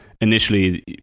initially